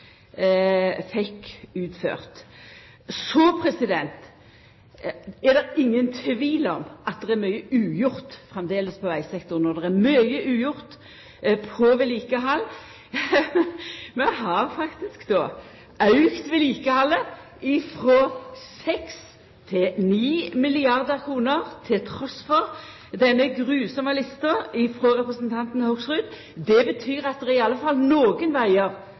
er det ingen tvil om at det er mykje ugjort framleis på vegsektoren, og det er mykje ugjort på vedlikehald. Vi har faktisk auka vedlikehaldet frå 6 mrd. kr til 9 mrd. kr trass i denne grusomme lista frå representanten Hoksrud. Det betyr at det i alle fall